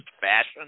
fashion